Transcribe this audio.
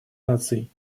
наций